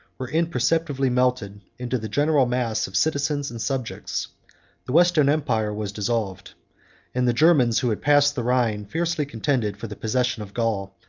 were imperceptibly melted into the general mass of citizens and subjects the western empire was dissolved and the germans, who had passed the rhine, fiercely contended for the possession of gaul,